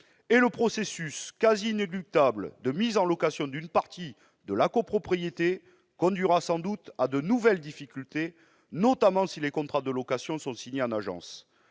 Et le processus, quasi inéluctable, de mise en location d'une partie de la copropriété conduira sans doute à de nouvelles difficultés, notamment si les contrats de location sont signés en agence.